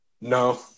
No